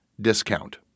discount